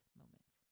moment